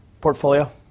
portfolio